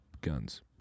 guns